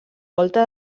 volta